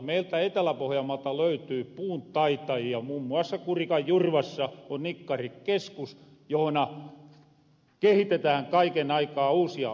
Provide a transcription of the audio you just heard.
meiltä etelä pohjanmaalta löytyy puuntaitajia muun muassa kurikan jurvassa on nikkarikeskus johona kehitetään kaiken aikaa uusia menetelmiä